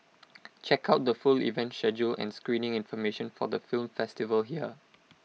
check out the full event schedule and screening information for the film festival here